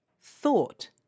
thought